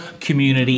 community